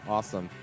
Awesome